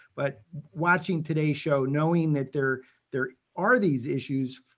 but watching today's show, knowing that there there are these issues,